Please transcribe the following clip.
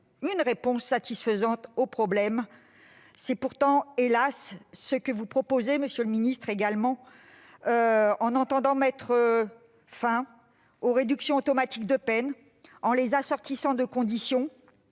une réponse satisfaisante au problème. C'est pourtant, hélas, ce que vous proposez. Vous souhaitez également mettre fin aux réductions automatiques de peines en les assortissant de conditions,